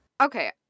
Okay